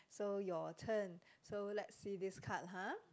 so your turn so let see this card ha